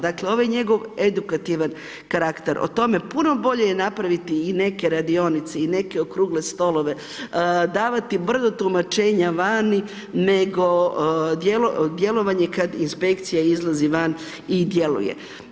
Dakle, ovaj njegov edukativan karakter, o tome je puno bolje je napraviti i neke radionice i neke okrugle stolove, davati brdo tumačenja vani nego djelovanje kada inspekcija izlazi van i djeluje.